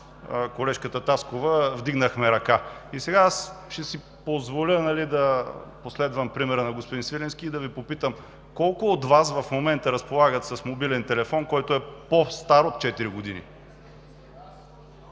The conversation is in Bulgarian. колежката Таскова вдигнахме ръка. Ще си позволя да последвам примера на господин Свиленски и да Ви попитам: колко от Вас в момента разполагат с мобилен телефон, който е по-стар от четири